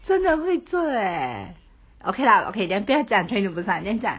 真的会做 leh okay lah okay then 不要讲 train to busan then 讲